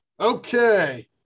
Okay